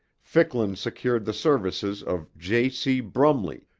ficklin secured the services of j. c. brumley,